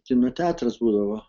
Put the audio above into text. kino teatras būdavo